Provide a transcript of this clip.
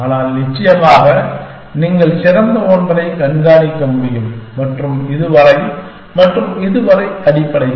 ஆனால் நிச்சயமாக நீங்கள் சிறந்த ஒன்றைக் கண்காணிக்க முடியும் மற்றும் இதுவரை மற்றும் இதுவரை அடிப்படையில்